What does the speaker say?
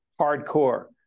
hardcore